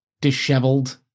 disheveled